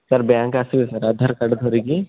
sir bank ଆସିବେ Aadhaar card ଧରିକି